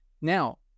Now